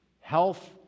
health